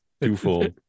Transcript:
twofold